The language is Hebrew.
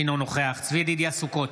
אינו נוכח צבי ידידיה סוכות,